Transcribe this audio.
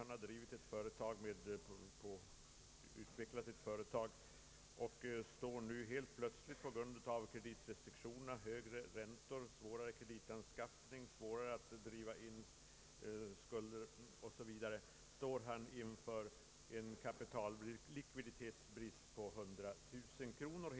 Han har byggt upp ett bra företag men stod nu helt plötsligt på grund av kreditrestriktionerna, de höga räntorna, svårigheterna att driva in fordringar m.m., inför en likviditetsbrist på hundratusen kronor.